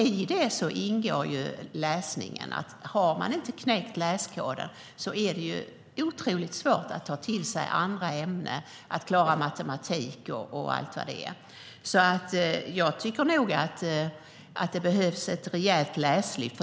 I det ingår läsningen. Har man inte knäckt läskoden är det otroligt svårt att ta till sig andra ämnen och klara matematik och allt vad det är. Jag tycker alltså att det nog behövs ett rejält läslyft.